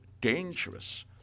dangerous